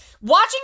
watching